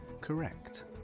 correct